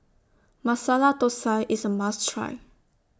Masala Thosai IS A must Try